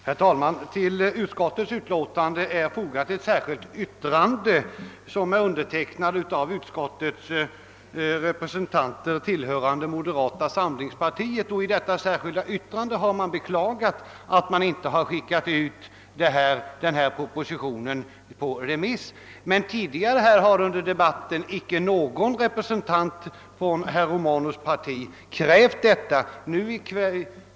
Herr talman! Till utskottets utlåtande är fogat ett särskilt yttrande som är undertecknat av de utskottsrepresentanter som tillhör moderata samlingspartiet. I detta särskilda yttrande har man beklagat att propositionen inte skickats ut på remiss. Tidigare under debatten har inte någon representant från herr Romanus” parti krävt en sådan remiss.